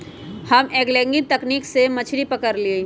हम एंगलिंग तकनिक से मछरी पकरईली